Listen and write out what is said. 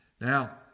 Now